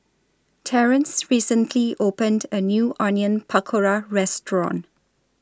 Terence recently opened A New Onion Pakora Restaurant